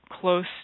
close